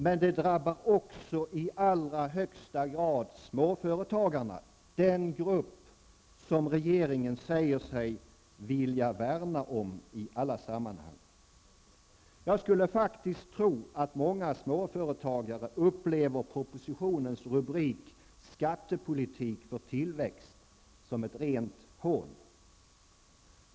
Men det drabbar också i allra högsta grad småföretagarna -- den grupp som regeringen i alla sammanhang säger sig vilja värna om. Jag skulle tro att mången småföretagare upplever propositionens rubrik ''Skattepolitik för tillväxt'' som ett rent hån.